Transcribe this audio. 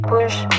Push